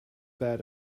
bad